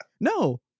No